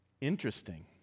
interesting